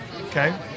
Okay